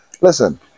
Listen